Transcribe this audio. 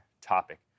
topic